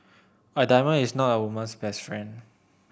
a diamond is not a woman's best friend